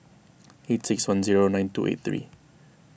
eight six one zero nine two eight three